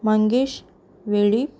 Mangesh Velip